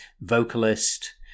vocalist